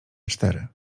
cztery